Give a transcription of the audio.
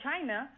China